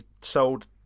sold